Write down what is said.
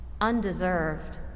undeserved